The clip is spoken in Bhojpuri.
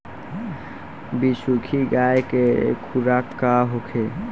बिसुखी गाय के खुराक का होखे?